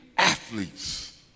athletes